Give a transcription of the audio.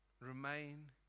Remain